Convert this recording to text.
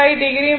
5o மற்றும் 30